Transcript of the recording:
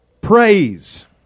praise